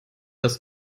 das